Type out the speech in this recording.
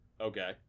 Okay